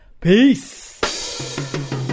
Peace